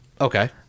Okay